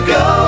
go